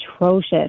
atrocious